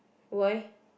why